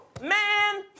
man